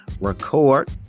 record